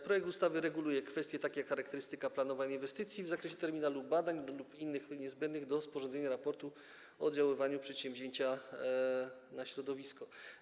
Projekt ustawy reguluje takie kwestie jak charakterystyka planowania inwestycji w zakresie terminalu, badań lub innych prac niezbędnych do sporządzenia raportu o oddziaływaniu przedsięwzięcia na środowisko.